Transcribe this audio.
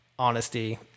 honesty